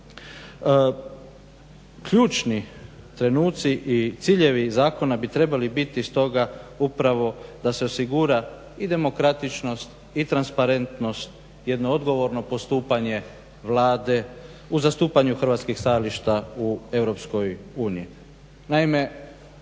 Ključni trenuci i ciljevi zakona bi trebali biti stoga upravo da se osigura i demokratičnost i transparentnost, jedno odgovorno postupanje Vlade u zastupanju hrvatskih stajališta u EU.